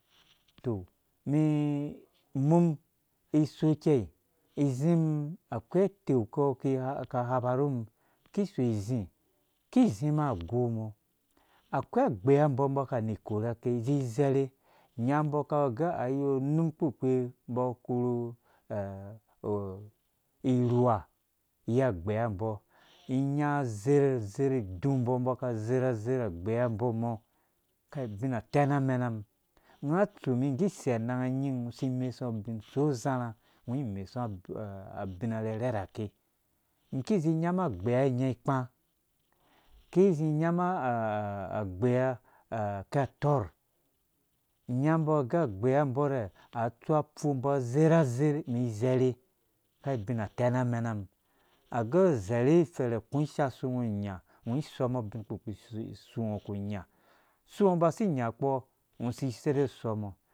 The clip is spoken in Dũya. mi umum iso ikɛi izi m akoi itɛn kɔo aka akhapa ru umum iso izi ki izi mum ago mɔ akɔi agbeiyambɔ umbɔ aka ni ikora ake izi izerhe inya umbɔ aka agɛ ii wo unum ukpurkpi umbo aka akoru irhowe iyi agbɛyambɔ inya azerh azerh agbɛyambɔ mɔ kaiubina atɛm amɛnmum unga atsu ungo udi isei anang nying ungo usi imesungo ubina arherher hake iki izi inyam agbeyambɔ rɛ atsu apfu azerh azerh umum izerhe kei ubina atɛn amɛnamum agɛ uzerhe ifɛrhe uku ishaasu unga ungo uku ugo usungo uba usi inya kpɔ ungo usi idɛɛ usɔ mɔ